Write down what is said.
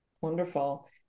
Wonderful